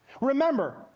Remember